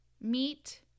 meet